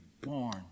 born